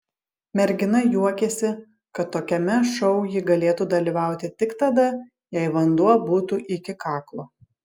mergina juokėsi kad tokiame šou ji galėtų dalyvauti tik tada jei vanduo būtų iki kaklo